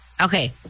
Okay